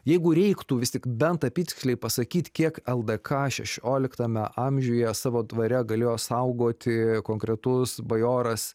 jeigu reiktų vis tik bent apytiksliai pasakyt kiek ldk šešioliktame amžiuje savo dvare galėjo saugoti konkretus bajoras